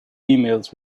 emails